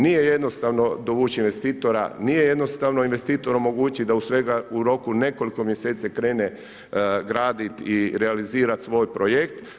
Nije jednostavno dovuć investitora, nije jednostavno investitoru omogućiti da u svega u roku nekoliko mjeseci krene graditi i realizirati svoj projekt.